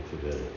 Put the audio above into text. today